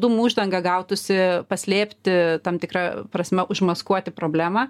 dūmų uždanga gautųsi paslėpti tam tikra prasme užmaskuoti problemą